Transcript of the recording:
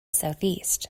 southeast